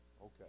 Okay